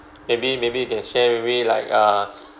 maybe maybe you can share with me like uh